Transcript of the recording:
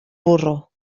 burro